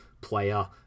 player